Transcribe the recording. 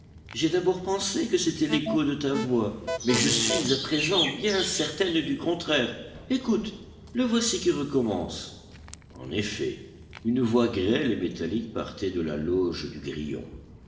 j'ai d'abord pensé que c'était l'écho de ta voix mais je suis à présent bien certaine du contraire écoute le voici qui recommence en effet une voix grêle et métallique partait de la loge du grillon